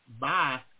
Bye